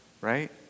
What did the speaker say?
right